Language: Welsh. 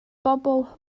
bobl